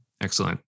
Excellent